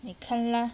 你看啦